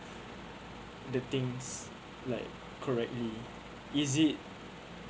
the things like correctly is it